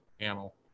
panel